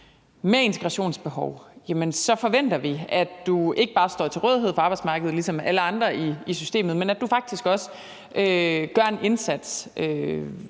et integrationsbehov, så forventer vi, at du ikke bare står til rådighed for arbejdsmarkedet ligesom alle andre i systemet, men at du faktisk også gør en indsats